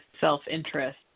self-interest